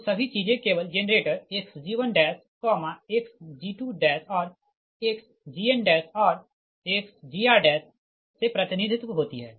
तो सभी चीजें केवल जेनरेटर xg1xg2 और xgn और xgr डैश से प्रतिनिधित्व होती है